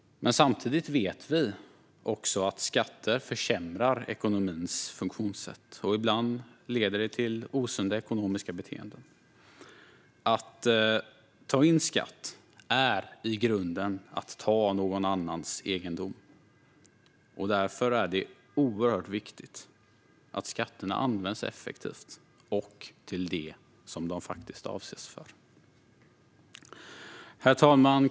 Samtidigt vet vi att skatter försämrar ekonomins funktionssätt, och ibland leder det till osunda ekonomiska beteenden. Att ta in skatt är i grunden att ta någon annans egendom. Därför är det oerhört viktigt att skatterna används effektivt och till det som de är avsedda för. Herr talman!